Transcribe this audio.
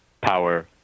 power